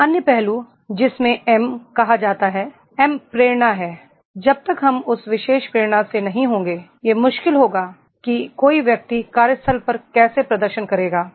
एक अन्य पहलू जिसे एम कहा जाता है एम प्रेरणा है जब तक हम उस विशेष प्रेरणा से नहीं होंगे यह मुश्किल होगा कि कोई व्यक्ति कार्यस्थल पर कैसा प्रदर्शन करेगा